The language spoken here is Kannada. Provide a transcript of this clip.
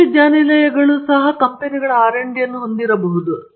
ಇದು ಕಂಪೆನಿಗಳ R ಮತ್ತು D ಯನ್ನು ಹೊಂದಿದೆ